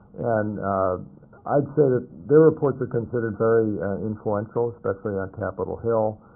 and i'd say that their reports are considered very influential, especially on capitol hill.